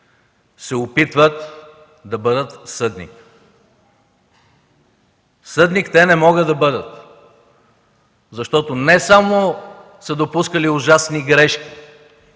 се опитват да бъдат съдник. Съдник те не могат да бъдат, защото не само са допускали ужасни грешки,